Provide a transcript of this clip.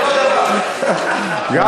מה עשית אתה בהפגנות?